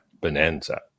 Bonanza